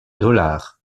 dollars